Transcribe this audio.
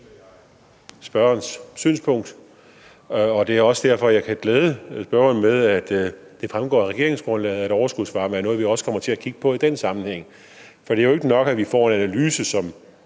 spørgerens synspunkt, og derfor kan jeg glæde spørgeren med, at det fremgår af regeringsgrundlaget, at overskudsvarme er noget, vi også kommer til at kigge på i den sammenhæng. For det er jo ikke nok, at vi får en analyse, som